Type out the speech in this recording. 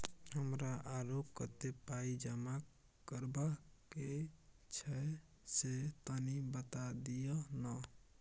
हमरा आरो कत्ते पाई जमा करबा के छै से तनी बता दिय न?